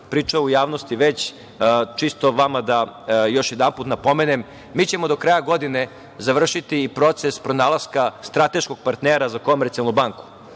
pričao u javnosti već, čisto vama da još jedanput napomenem. Mi ćemo do kraja godine završiti proces pronalaska strateškog partnera za Komercijalnu banku.